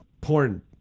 porn